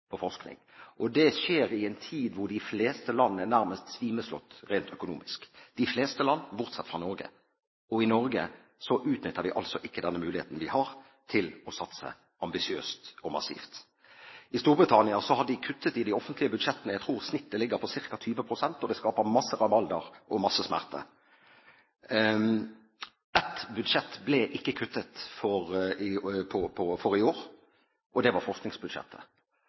og det skjer i en tid hvor de fleste land, bortsett fra Norge, nærmest er svimeslått rent økonomisk, og i Norge utnytter vi altså ikke denne muligheten vi har til å satse ambisiøst og massivt. I Storbritannia har de kuttet i de offentlige budsjettene. Jeg tror snittet ligger på ca. 20 pst., og det skaper masse rabalder og masse smerte. Ett budsjett ble det ikke kuttet i for i år, og det var forskningsbudsjettet.